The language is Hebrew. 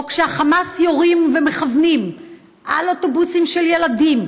או כשהחמאס יורים ומכוונים על אוטובוסים של ילדים,